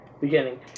Beginning